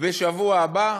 בשבוע הבא,